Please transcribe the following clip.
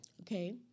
Okay